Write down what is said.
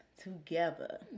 together